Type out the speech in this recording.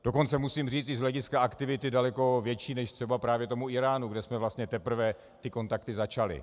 Dokonce musím říct i z hlediska aktivity daleko větší než třeba právě tomu Íránu, kde jsme vlastně teprve ty kontakty začali.